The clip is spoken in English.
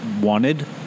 wanted